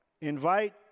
invite